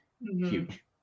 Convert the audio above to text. huge